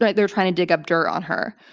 like they were trying to dig up dirt on her.